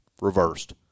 reversed